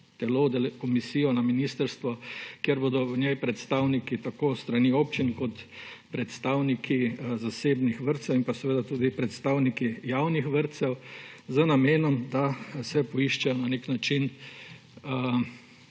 komisijo na ministrstvu, kjer bodo v njej predstavniki tako s strani občin kot predstavniki zasebnih vrtcev in seveda tudi predstavniki javnih vrtcev, z namenom, da se poišče na nek način